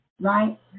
right